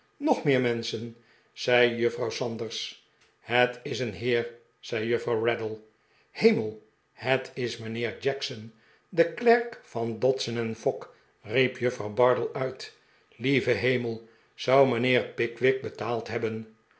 nog meer menschen zei juffrouw sanders het is een heer zei juffrouw raddle hemel het is mijnheer jackson de klerk van dodson en fogg riep juffrouw bardell uit lieve hemel zou mijnheer pickwick betaald hebben